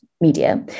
media